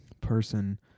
person